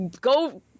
Go